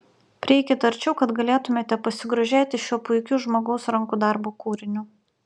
prieikit arčiau kad galėtumėte pasigrožėti šiuo puikiu žmogaus rankų darbo kūriniu